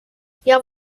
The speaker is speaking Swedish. jag